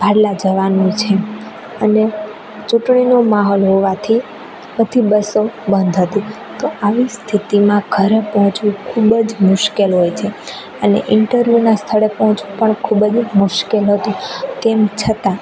ભાડલા જવાનું છે અને ચૂંટણીનો માહોલ હોવાથી બધી બસો બંધ હતી તો આવી સ્થિતિમાં ઘરે પહોંચવું ખૂબ જ મુશ્કેલ હોય છે અને ઇન્ટરવ્યૂના સ્થળે પણ પહોંચવું ખૂબ જ મુશ્કેલ હતું તેમ છતાં